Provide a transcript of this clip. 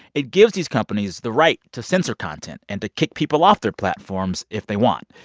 it gives these companies the right to censor content and to kick people off their platforms if they want.